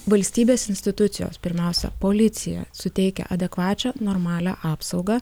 valstybės institucijos pirmiausia policija suteikia adekvačią normalią apsaugą